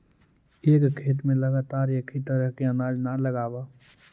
एक खेत में लगातार एक ही तरह के अनाज न लगावऽ